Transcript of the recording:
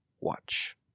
watch